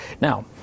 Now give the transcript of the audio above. Now